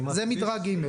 זה מדרג ג'.